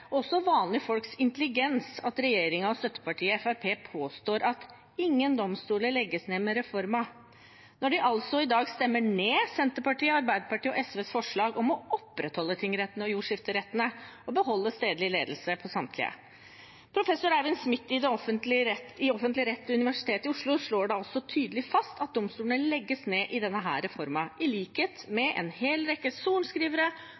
også vanlige folks intelligens at regjeringen og støttepartiet Fremskrittspartiet påstår at ingen domstoler legges ned med reformen, når de altså i dag stemmer ned Senterpartiet, Arbeiderpartiet og SVs forslag om å opprettholde tingrettene og jordskifterettene og beholde stedlig ledelse på samtlige. Professor Eivind Smith ved Institutt for offentlig rett ved Universitetet i Oslo slår da også tydelig fast at domstoler legges ned i denne reformen, i likhet